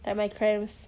like my cramps